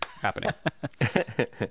happening